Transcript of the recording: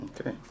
Okay